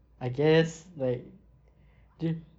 I guess like dude